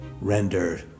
render